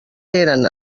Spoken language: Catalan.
eren